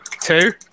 Two